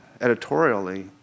editorially